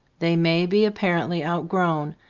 they may be apparently outgrown,